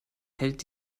hält